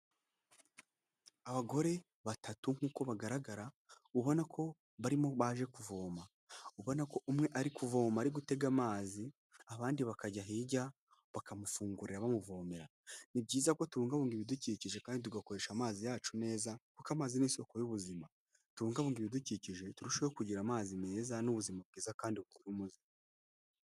Abagore batatu nk'uko bagaragara ubona ko barimo baje kuvoma ubona ko umwe ari kuvoma ari gutega amazi abandi bakajya hirya bakamufungurira bamuvomera ni byiza kobungabunga ibidukikije kandi tugakoresha amazi yacu neza kuko amazi ni isoko y'ubuzima atubungabunga ibidukikije turushaho kugira amazi meza n'ubuzima bwiza kandi buzira umuze.